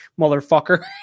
Motherfucker